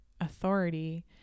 authority